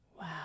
Wow